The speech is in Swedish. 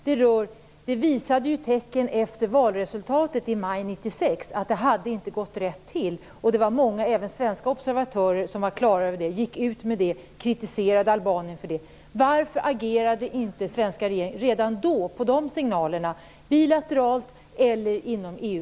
Tecken efter resultatet av valet i maj 1996 visade att det inte hade gått rätt till. Det var många observatörer, även svenska, som var på det klara med det och kritiserade Albanien för det. Varför agerade inte svenska regeringen redan då på de signalerna, bilateralt eller inom EU